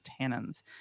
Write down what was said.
tannins